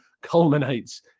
culminates